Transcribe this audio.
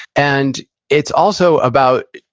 and it's also about,